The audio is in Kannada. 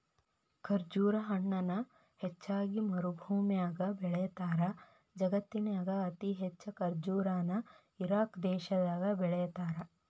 ಖರ್ಜುರ ಹಣ್ಣನ ಹೆಚ್ಚಾಗಿ ಮರಭೂಮ್ಯಾಗ ಬೆಳೇತಾರ, ಜಗತ್ತಿನ್ಯಾಗ ಅತಿ ಹೆಚ್ಚ್ ಖರ್ಜುರ ನ ಇರಾಕ್ ದೇಶದಾಗ ಬೆಳೇತಾರ